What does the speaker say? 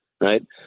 right